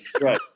Right